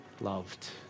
Loved